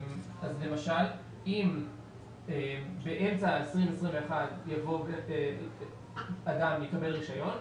למשל, אם באמצע 2021 יבוא אדם ויקבל רישיון,